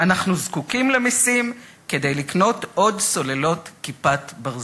אנחנו זקוקים למסים כדי לקנות עוד סוללות "כיפת ברזל".